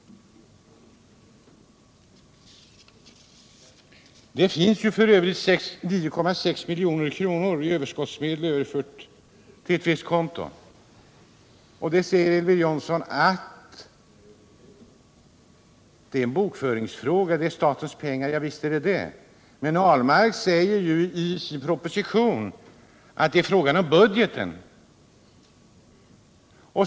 Det finns f. ö. 9,6 milj.kr. i överskottsmedel överförda till ett visst konto. Då säger Elver Jonsson att det är en bokföringsfråga, att det är statens pengar. Ja visst är det det. Men Per Ahlmark säger i sin proposition att det är fråga om budgeten.